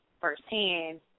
firsthand